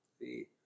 See